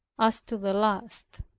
as to the last.